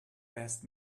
best